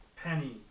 Penny